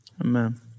Amen